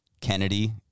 Kennedy